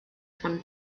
von